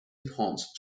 enhanced